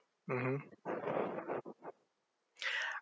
mmhmm